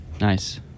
Nice